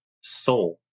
soul